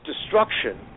destruction